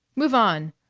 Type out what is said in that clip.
move on!